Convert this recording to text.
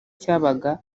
cyabaga